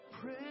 pray